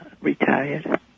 retired